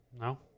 No